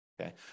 okay